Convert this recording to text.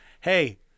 hey